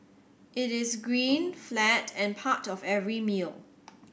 it is green flat and part of every meal